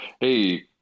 hey